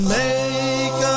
make